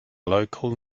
local